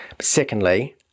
Secondly